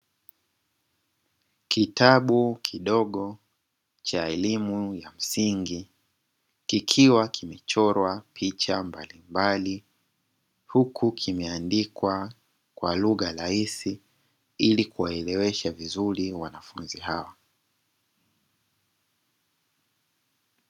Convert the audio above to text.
Kitabu kidogo cha elimu ya msingi kikiwa kimechorwa picha mbalimbali, huku kimeandikwa kwa lugha rahisi ili kuwaelewesha vizuri wanafunzi hao.